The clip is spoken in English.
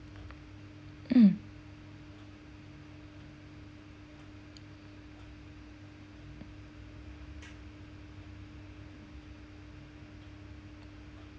um